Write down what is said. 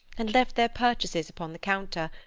and left their purchases upon the counter,